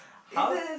how